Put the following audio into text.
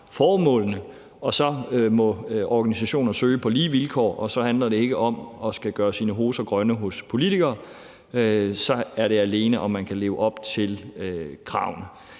formålene, og så må organisationer søge på de vilkår, for så handler det ikke om at skulle gøre sine hoser grønne hos politikerne. Så handler det alene om, om man kan leve op til kravene.